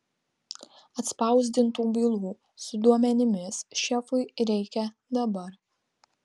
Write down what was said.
atspausdintų bylų su duomenimis šefui reikia dabar